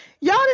Y'all